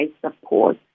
support